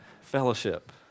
fellowship